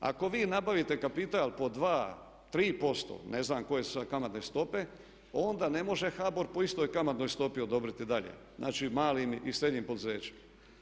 Ako vi nabavite kapital po 2, 3% ne znam koje su sad kamatne stope, onda ne može HBOR po istoj kamatnoj stopi odobriti dalje, znači malim i srednjim poduzećima.